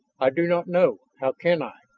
i do not know. how can i?